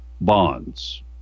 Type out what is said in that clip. bonds